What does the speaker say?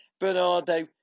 Bernardo